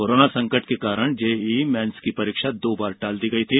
corona संकट के कारण जेईई मेन्स की परीक्षा दो बार टाल दी गई थी